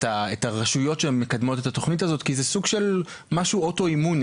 את הרשויות שמקדמות את התוכנית הזאת כי זה סוג של משהו אוטואימוני,